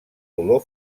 olor